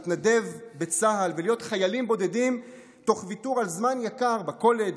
להתנדב בצה"ל ולהיות חיילים בודדים תוך ויתור על זמן יקר בקולג',